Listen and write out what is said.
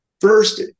first